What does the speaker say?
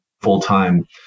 full-time